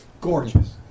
gorgeous